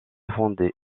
fondées